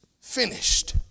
finished